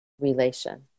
relation